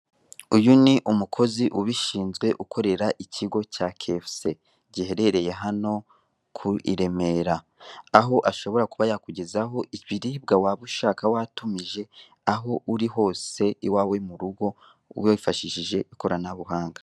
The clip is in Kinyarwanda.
Uyu ni umukozi ubishinzwe ukorera ikigo cya KFC, giherereye hano ku i Remera, aho ashobora kuba yakugezaho ibiribwa waba ushaka watumije, aho uri hose iwawe mu rugo wifashishije ikoranabuhanga.